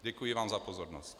Děkuji vám za pozornost.